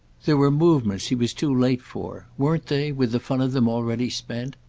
there were movements he was too late for weren't they, with the fun of them, already spent?